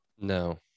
No